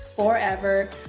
forever